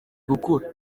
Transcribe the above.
gukura